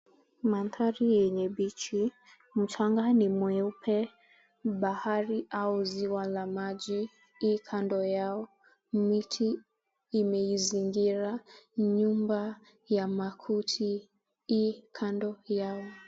Mandhari yenye (cs)bichi(cs).Mchanga ni mweupe. Bahari au ziwa la maji ii kando yao. Miti imeizingira nyumba ya makuti ii kando yao.